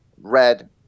red